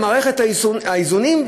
במערכת האיזונים,